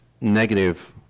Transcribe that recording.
negative